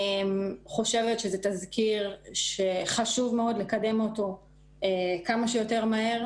חושבת שזה תזכיר שחשוב מאוד לקדם אותו כמה שיותר מהר.